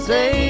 Say